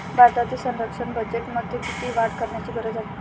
भारतीय संरक्षण बजेटमध्ये किती वाढ करण्याची गरज आहे?